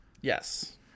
Yes